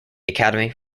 academy